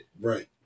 Right